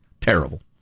Terrible